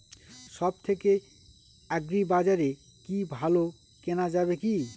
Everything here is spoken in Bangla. সব থেকে আগ্রিবাজারে কি ভালো কেনা যাবে কি?